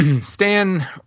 stan